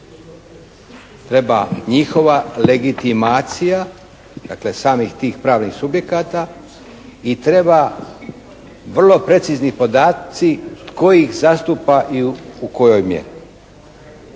Treba njihova legitimacija, dakle samih tih pravnih subjekata i treba vrlo precizni podaci tko ih zastupa i u kojoj mjeri.